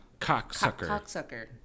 -cocksucker